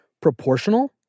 proportional